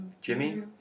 Jimmy